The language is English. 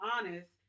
honest